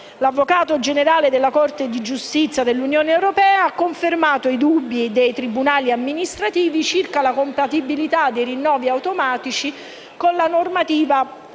L'Avvocato generale della Corte di giustizia ha confermato i dubbi dei tribunali amministrativi circa la compatibilità dei rinnovi automatici con la normativa comunitaria,